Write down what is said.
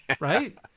right